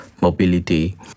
mobility